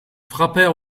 frappèrent